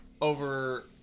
Over